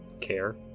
care